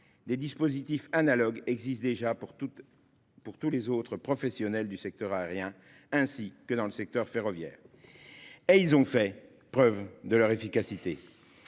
Des dispositifs analogues existent déjà pour tous les autres professionnels du secteur aérien, ainsi que dans le secteur ferroviaire, et ils ont fait la preuve de leur efficacité.